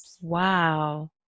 Wow